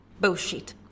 Bullshit